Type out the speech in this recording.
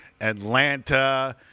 Atlanta